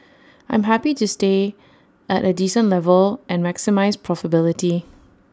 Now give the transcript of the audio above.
I'm happy to stay at A decent level and maximise profitability